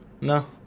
No